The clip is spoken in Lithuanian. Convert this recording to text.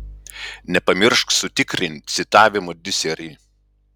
nepamiršk sutikrint citavimo disery